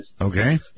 Okay